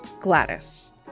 Gladys